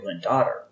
daughter